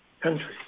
country